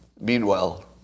Meanwhile